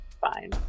Fine